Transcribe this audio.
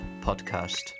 podcast